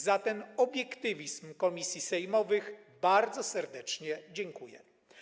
Za ten obiektywizm komisji sejmowych bardzo serdecznie dziękuję.